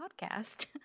podcast